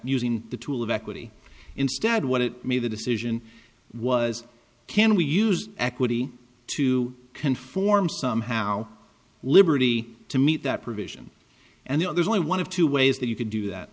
using the tool of equity instead what it made the decision was can we use equity to conform somehow liberty to meet that provision and there's only one of two ways that you can do that